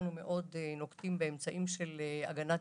שכולנו נוקטים מאוד באמצעים של הגנת